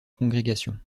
congrégations